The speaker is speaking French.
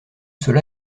cela